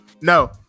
No